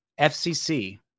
FCC